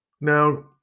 Now